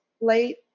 late